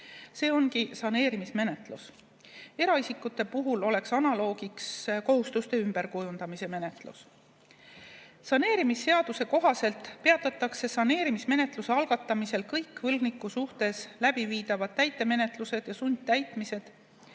See ongi saneerimismenetlus. Eraisikute puhul oleks analoogiks kohustuste ümberkujundamise menetlus. Saneerimisseaduse kohaselt peatatakse saneerimismenetluse algatamisel kõik võlgniku suhtes läbiviidavad täitemenetlused ja sundtäitmised.